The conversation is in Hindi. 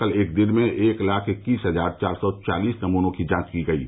कल एक दिन में एक लाख इक्कीस हजार चार सौ चालीस नमूनों की जांच की गयी